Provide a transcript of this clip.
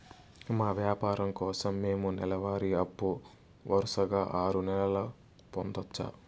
మా వ్యాపారం కోసం మేము నెల వారి అప్పు వరుసగా ఆరు నెలలు పొందొచ్చా?